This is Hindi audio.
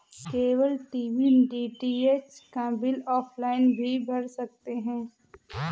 केबल टीवी डी.टी.एच का बिल ऑफलाइन भी भर सकते हैं